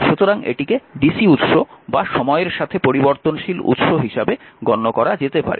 সুতরাং এটিকে dc উৎস বা সময়ের সাথে পরিবর্তনশীল উৎস হিসাবে গণ্য করা যেতে পারে